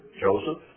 Joseph